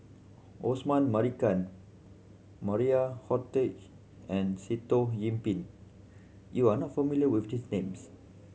Osman Merican Maria Hertogh and Sitoh Yih Pin you are not familiar with these names